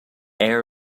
air